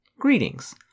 Greetings